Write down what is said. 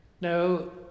No